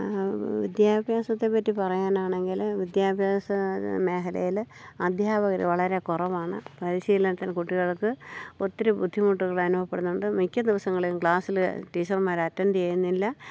വിദ്യാഭ്യാസത്തെ പറ്റി പറയാനാണെങ്കിൽ വിദ്യാഭ്യാസ മേഖലയിൽ അധ്യാപക വളരെ കുറവാണ് പരിശീലനത്തിന് കുട്ടികൾക്ക് ഒത്തിരി ബുദ്ധിമുട്ടുകൾ അനുഭവപ്പെടുന്നുണ്ട് മിക്ക ദിവസങ്ങളിലും ക്ലാസ്സിൽ ടീച്ചർമാർ അറ്റൻഡ ചെയ്യുന്നില്ല